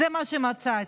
זה מה שמצאתי: